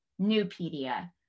Newpedia